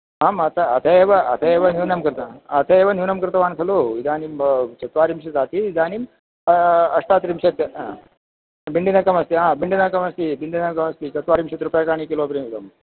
आम् अत अत एव अत एव न्यूनं कृतं अत एव न्यूनं कृतवान् खलु इदानीं चत्वारिंशत् आसीत् इदानीं अष्टत्रिंशत् भिण्डीनकम् अस्ति हा भिण्डीनकमस्ति भिण्डीनकमस्ति चत्वारिंशत् रूप्यकाणि किलो पर्यन्तं